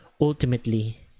ultimately